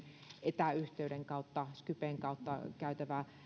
etäyhteyden kautta skypen kautta käytävä